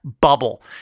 bubble